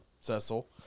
Cecil